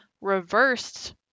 reversed